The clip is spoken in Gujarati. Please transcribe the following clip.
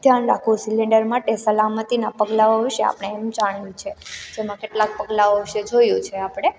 ધ્યાન રાખવું સિલેન્ડર માટે સલામતીનાં પગલાઓ વિષે આપણે એમ જાણ્યું છે જેમાં કેટલાક પગલાઓ વિષે જોયું છે આપણે